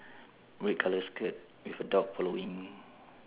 red colour skirt with a dog following